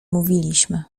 mówiliśmy